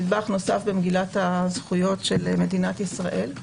נדבך נוסף במגילת הזכויות של מדינת ישראל.